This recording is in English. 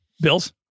Bills